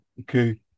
Okay